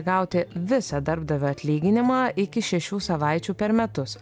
gauti visą darbdavio atlyginimą iki šešių savaičių per metus